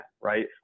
Right